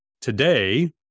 Today